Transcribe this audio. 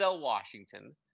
Washington